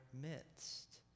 midst